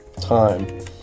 time